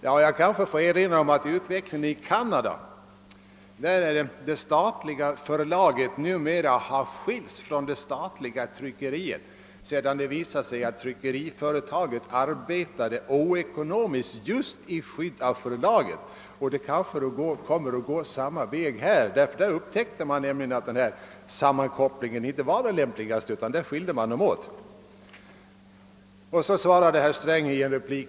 Jag kanske får erinra om utvecklingen i Canada. Där har det stat liga förlaget numera skilts från det statliga tryckeriet, sedan det visat sig att tryckeriföretaget arbetade oekonomiskt just i skydd av förlaget. Det kanske kommer att gå samma väg här. I Canada upptäckte man alltså att denna sammankoppling inte var lämplig, och därför skilde man helt de båda företagen åt.